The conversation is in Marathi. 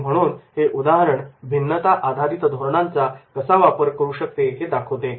आणि म्हणूनच हे उदाहरण भिन्नता आधारित धोरणांचा कसा वापर करू शकते हे दाखवते